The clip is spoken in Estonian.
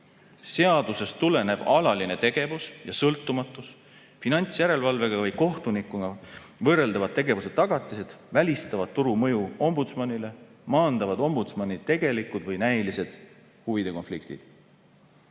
Seadusest tulenev alaline tegevus, sõltumatus ja finantsjärelevalvega või kohtunikuga võrreldavad tegevuse tagatised välistavad turu mõju ombudsmanile, maandavad ombudsmani tegelikud või näilised huvide konfliktid.